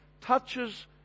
touches